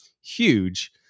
huge